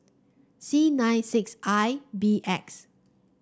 C nine six I B X